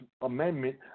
amendment